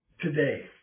today